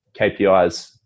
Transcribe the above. KPIs